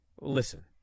Listen